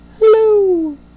hello